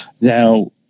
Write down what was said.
now